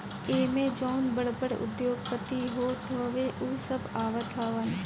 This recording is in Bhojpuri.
एमे जवन बड़ बड़ उद्योगपति होत हवे उ सब आवत हवन